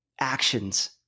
actions